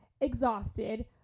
exhausted